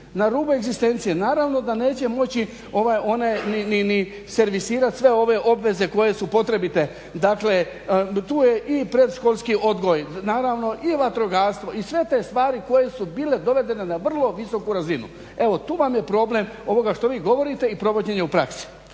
na rubu egzistencije, naravno da neće moći one ni servisirati sve ove obveze koje su potrebite, dakle tu je i predškolski odgoj, naravno i vatrogastvo, i sve te stvari koje su bile dovedene na vrlo visoku razinu. Evo tu vam je problem ovoga što vi govorite i provođenje u praksi.